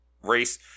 race